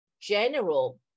general